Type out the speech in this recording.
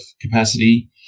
capacity